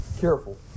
careful